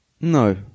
No